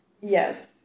Yes